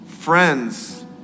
friends